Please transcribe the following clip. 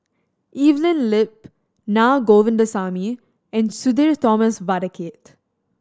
Evelyn Lip Naa Govindasamy and Sudhir Thomas Vadaketh